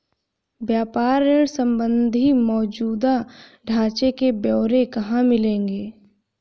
व्यापार ऋण संबंधी मौजूदा ढांचे के ब्यौरे कहाँ मिलेंगे?